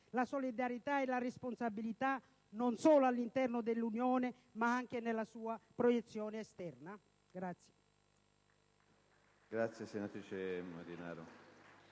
la solidarietà e la responsabilità non solo all'interno dell'Unione, ma anche nella sua proiezione esterna.